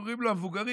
אומרים לו המבוגרים: